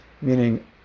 Meaning